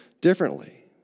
differently